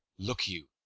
look you,